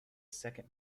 second